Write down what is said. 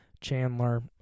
Chandler